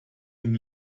den